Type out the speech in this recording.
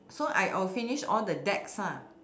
so I orh finish all the decks ah